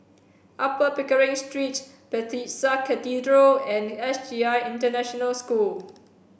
Upper Pickering Street Bethesda Cathedral and S J I International School